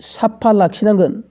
साफा लाखिनांगोन